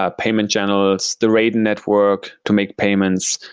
ah payment channels, the raiden network to make payments.